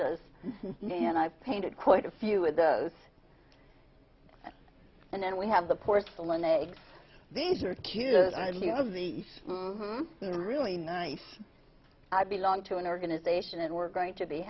as and i've painted quite a few of those and then we have the porcelain eggs these are cute and i leave the really nice i belong to an organization and we're going to be